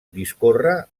discorre